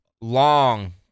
long-